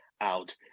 out